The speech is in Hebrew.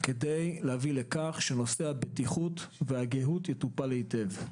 כדי להביא לכך שנושא הבטיחות והגהות יטופל היטב.